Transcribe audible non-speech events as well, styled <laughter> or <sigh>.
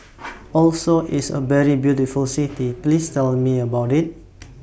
<noise> Oslo IS A very beautiful City Please Tell Me about IT